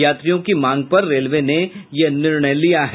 यात्रियों की मांग पर रेलवे ने यह निर्णय लिया है